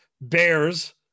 Bears